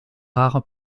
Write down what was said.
rare